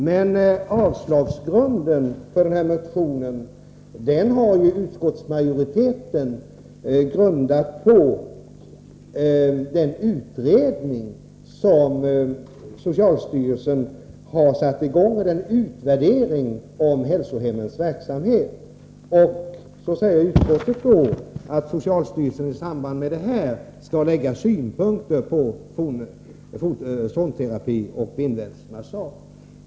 Men yrkandet om avslag på motionen har ju utskottsmajoriteten grundat på den utvärdering som socialstyrelsen har satt i gång om hälsohemmens verksamhet. Utskottet säger att socialstyrelsen i samband med den skall lägga fram synpunkter på zonterapi och bindvävsmassage.